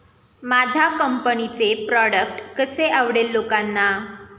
माझ्या कंपनीचे प्रॉडक्ट कसे आवडेल लोकांना?